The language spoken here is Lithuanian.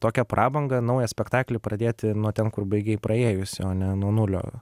tokią prabangą naują spektaklį pradėti nuo ten kur baigei praėjusį o ne nuo nulio